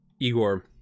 Igor